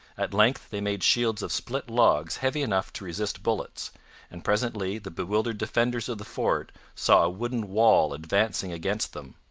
at length they made shields of split logs heavy enough to resist bullets and presently the bewildered defenders of the fort saw a wooden wall advancing against them.